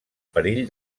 perill